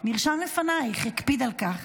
נרשם לפנייך, הקפיד על כך.